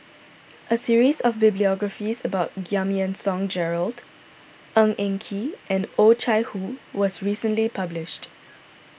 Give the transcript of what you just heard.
a series of the biographies about Giam Yean Song Gerald Ng Eng Kee and Oh Chai Hoo was recently published